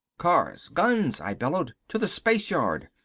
cars! guns! i bellowed. to the spaceyard.